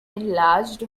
enlarged